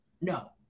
No